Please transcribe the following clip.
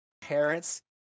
parents